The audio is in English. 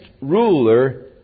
ruler